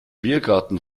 biergarten